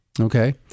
Okay